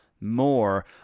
more